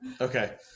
okay